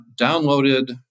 downloaded